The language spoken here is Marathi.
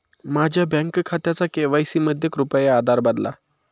माझ्या बँक खात्याचा के.वाय.सी मध्ये कृपया आधार बदला